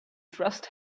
trust